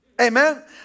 Amen